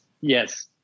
Yes